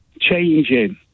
changing